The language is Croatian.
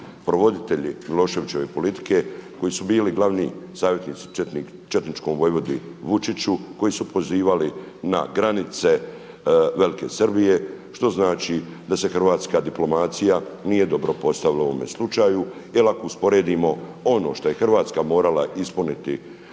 provoditelji Miloševićeve politike, koji su bili glavni savjetnici četničkom vojvodi Vučiću, koji su pozivali na granice Velike Srbije što znači da se hrvatska diplomacija nije dobro postavila u ovome slučaju. Jer ako usporedimo ono što je Hrvatska morala ispuniti